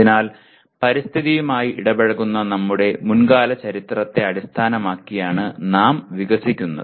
അതിനാൽ പരിസ്ഥിതിയുമായി ഇടപഴകുന്ന നമ്മുടെ മുൻകാല ചരിത്രത്തെ അടിസ്ഥാനമാക്കിയാണ് നാം വികസിക്കുന്നത്